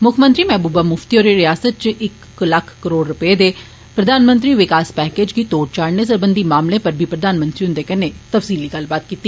मुक्खमंत्री महबूबा मुफ्ती होरें रिआसता च इक लक्ख करोड़ रपे दे प्रधानमंत्री विकास पैकेज गी तोढ़ चाढ़ने सरबंधी मामले पर बी प्रधानमंत्री हुंदे कन्नै तफ्सीली गल्लबात कीती